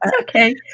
okay